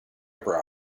ever